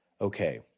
Okay